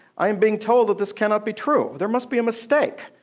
i am being told that this cannot be true, there must be a mistake.